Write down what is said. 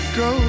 go